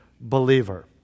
believer